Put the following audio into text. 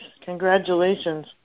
Congratulations